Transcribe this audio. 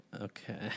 Okay